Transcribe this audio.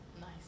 Nice